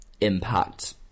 impact